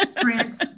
Prince